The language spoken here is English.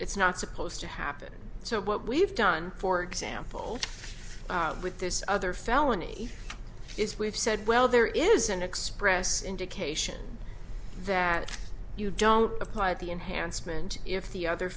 it's not supposed to happen so what we've done for example with this other felony is we've said well there is an express indication that you don't apply the enhancement if the other